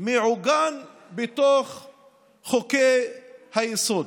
מעוגן בתוך חוקי-היסוד,